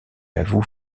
avoue